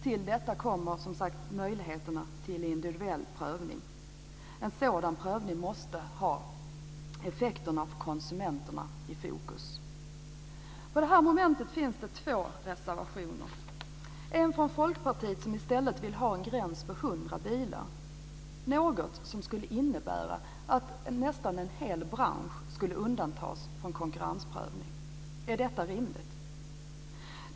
Till detta kommer möjligheterna till individuell prövning. En sådan prövning måste ha effekten för konsumenterna i fokus. Under detta moment finns två reservationer. En reservation kommer från Folkpartiet som i stället vill ha en gräns på 100 bilar, något som skulle innebära att nästan en hel bransch skulle undantas från konkurrensprövning. Är detta rimligt?